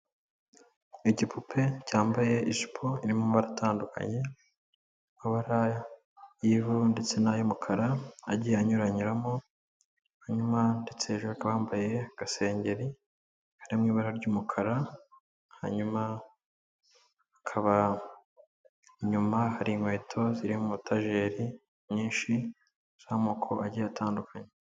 Igipupe, cyambaye ijipo irimo amabara atandukanye ,amabara y'ivu ndetse nay'umukara agiye anyuranyuramo, hanyuma ndetse hejuru akaba yambaye agasengeri kari mw' ibara ry'umukara, hanyuma hakaba inyuma hari inkweto ziri mu matajeri nyinshi z'amoko agiye atandukanye.